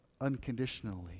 unconditionally